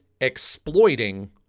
exploiting